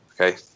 okay